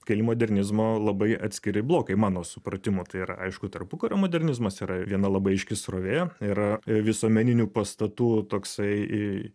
keli modernizmo labai atskiri blokai mano supratimu tai yra aišku tarpukario modernizmas yra viena labai aiški srovė yra visuomeninių pastatų toksai i